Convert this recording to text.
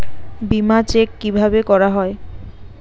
বিমা চেক কিভাবে করা হয়?